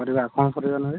କରିବା କ'ଣ କରିବା ନହେଲେ